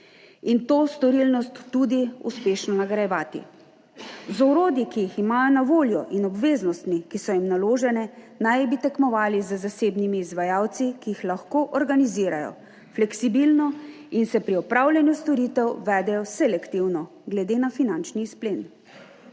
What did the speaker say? in to storilnost tudi uspešno nagrajevati. Z orodji, ki jih imajo na voljo, in obveznostmi, ki so jim naložene, naj bi tekmovali z zasebnimi izvajalci, ki jih lahko organizirajo fleksibilno in se pri opravljanju storitev vedejo selektivno glede na finančni izplen.